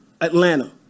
Atlanta